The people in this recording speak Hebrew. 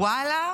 ואללה,